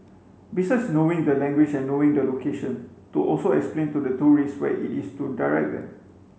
besides knowing the language and knowing the location to also explain to the tourists where it is to direct them